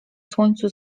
słońcu